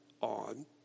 on